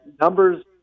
numbers